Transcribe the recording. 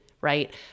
right